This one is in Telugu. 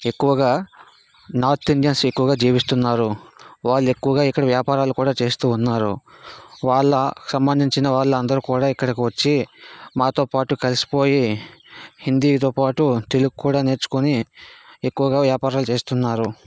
ఎక్కువగా నార్త్ ఇండియన్స్ ఎక్కువగా జీవిస్తున్నారు వాళ్ళు ఎక్కువగా ఇక్కడ వ్యాపారాలు కూడా చేస్తూ ఉన్నారు వాళ్ళ సంబంధించిన వాళ్ళందరు కూడా ఇక్కడకి వచ్చి మాతోపాటు కలిసిపోయి హిందీతో పాటు తెలుగు కూడా నేర్చుకోని ఎక్కువగా వ్యాపారాలు చేస్తున్నారు